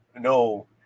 No